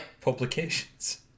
publications